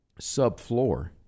subfloor